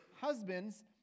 husbands